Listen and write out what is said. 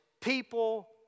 people